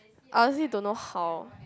I actually don't know how